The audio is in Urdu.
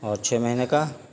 اور چھ مہینے کا